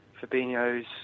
Fabinho's